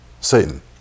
Satan